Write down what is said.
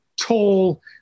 tall